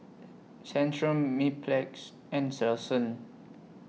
Centrum Mepilex and Selsun